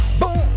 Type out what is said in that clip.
boom